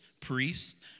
priests